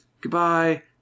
goodbye